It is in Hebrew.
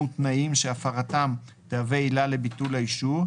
תנאים שהפרתם תהווה עילה לביטול האישור,